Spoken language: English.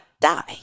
die